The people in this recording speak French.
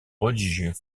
religieux